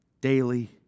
daily